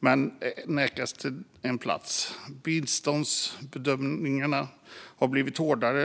men som nekas en plats. Biståndsbedömningarna har blivit hårdare.